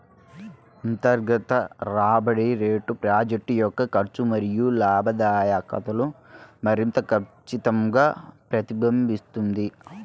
అంతర్గత రాబడి రేటు ప్రాజెక్ట్ యొక్క ఖర్చు మరియు లాభదాయకతను మరింత ఖచ్చితంగా ప్రతిబింబిస్తుంది